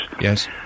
Yes